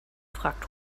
fragt